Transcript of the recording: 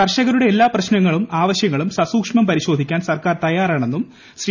കർഷകരുടെ എല്ലാ പ്രശ്നങ്ങളും ആവശ്യങ്ങളും സസൂക്ഷ്മം പരിശോധിക്കാൻ സർക്കാർ തയ്യാറാണെന്നും ശ്രീ